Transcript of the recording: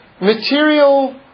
material